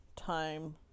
time